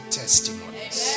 testimonies